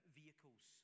vehicles